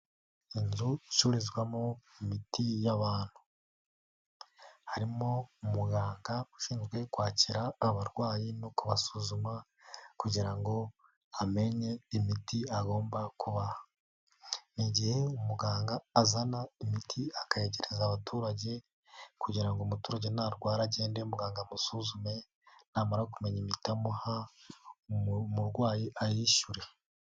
Inzu icururizwamo imiti y'abantu harimo umuganga ushinzwe kwakira abarwayi no kubasuzuma, kugira ngo amenye imiti agomba kubaha. Igihe umuganga azana imiti akayegereza abaturage, kugira umuturage narwara agende muganga amusuzume, namara kumenya imiti amuha umurwayi ayishyure.